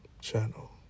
channel